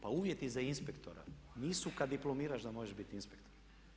Pa uvjeti za inspektora nisu kad diplomiraš da možeš biti inspektor.